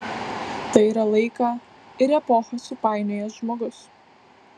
tai yra laiką ir epochą supainiojęs žmogus